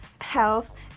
health